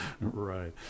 Right